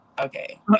okay